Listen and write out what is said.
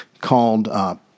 called